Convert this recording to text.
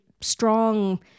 strong